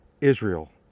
Israel